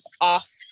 off